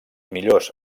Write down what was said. millors